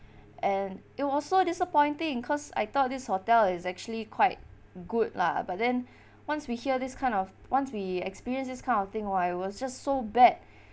and it was so disappointing cause I thought this hotel is actually quite good lah but then once we hear this kind of once we experience this kind of thing !wah! it was just so bad